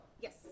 Yes